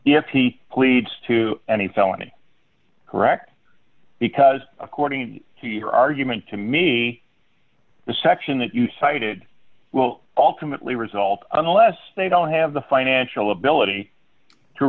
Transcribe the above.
he pleads to any felony correct because according to your argument to me the section that you cited well ultimately result unless they don't one have the financial ability to